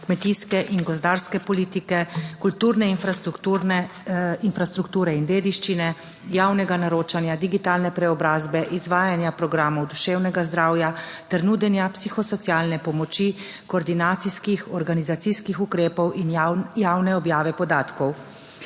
kmetijske in gozdarske politike, kulturne infrastrukture in dediščine, javnega naročanja, digitalne preobrazbe, izvajanja programov duševnega zdravja ter nudenja psihosocialne pomoči, koordinacijskih organizacijskih ukrepov in javne objave podatkov.